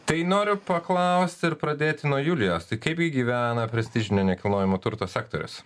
tai noriu paklausti ir pradėti nuo julijos tai kaip gi gyvena prestižinio nekilnojamo turto sektorius